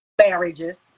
marriages